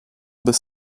bez